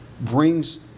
brings